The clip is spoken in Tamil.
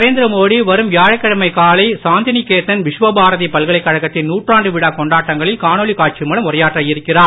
நரேந்திர மோடி வரும் வியாழக்கிழமை காலை சாந்தி நிகேதன் விஸ்வ பாரதி பல்கலைக் கழகத்தின் நூற்றாண்டு விழா கொண்டாட்டங்களில் காணொளி காட்சி மூலம் உரையாற்ற இருக்கிறார்